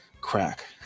crack